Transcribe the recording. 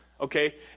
okay